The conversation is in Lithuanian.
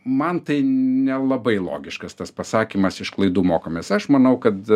man tai nelabai logiškas tas pasakymas iš klaidų mokomės aš manau kad